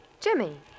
Jimmy